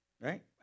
Right